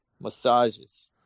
massages